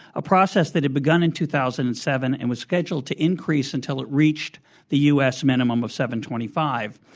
a process that had begun in two thousand and seven and was scheduled to increase until it reached the u. s. minimum of seven dollars. twenty five.